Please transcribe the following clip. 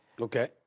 okay